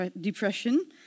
depression